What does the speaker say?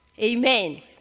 Amen